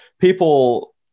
people